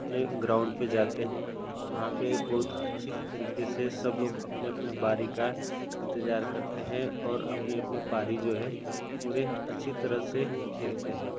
अपने ग्राउंड पर जाते हैं वहाँ पर बहुत अच्छी तरीके से सब लोग अपनी अपनी बारी का इंतजार करते हैं और अपनी अपनी पारी जो है पूरे अच्छी तरह से खेलते हैं